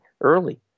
early